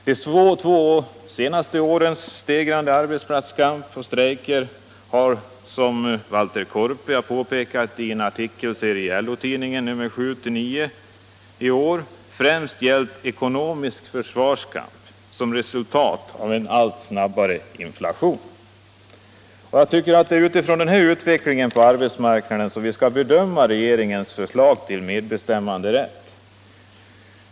De två senaste årens stegrade arbetsplatskamp och strejker har, som Valter Korpi har påpekat i sin artikelserie i LO-tidningen nr 7-9 i år, främst gällt ekonomisk försvarskamp som resultat av den allt snabbare inflationen. Det är med utgångspunkt i denna utveckling av arbetsmarknaden som man skall bedöma regeringens förslag till medbestämmanderätt.